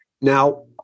Now